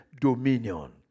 dominion